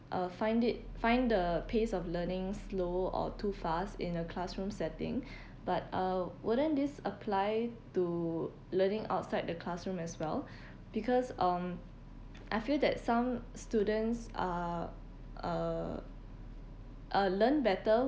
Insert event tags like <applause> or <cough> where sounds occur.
uh find it find the pace of learning slow or too fast in a classroom setting <breath> but uh wouldn't this apply to learning outside the classroom as well <breath> because um I feel that some students are uh uh learn better